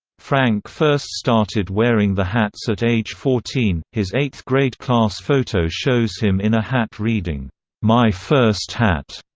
frank first started wearing the hats at age fourteen his eighth-grade class photo shows him in a hat reading my first hat.